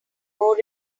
more